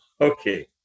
Okay